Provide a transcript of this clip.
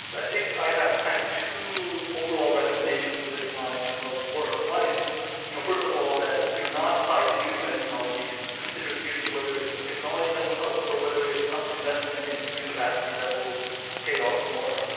but i think i have kind of two overall recommendations for this line of work. one is you know first of all that if you're not tied to using the technology, to consider seriously whether it's the technology that will help, or whether it's some investment in human capacity that will pay off more.